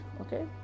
Okay